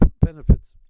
benefits